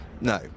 No